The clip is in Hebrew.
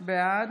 בעד